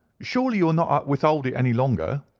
surely you will not withhold it any longer.